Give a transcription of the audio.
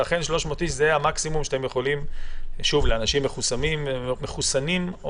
והאם אכן 300 איש זה מקסימום האנשים המחוסנים או